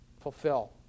fulfill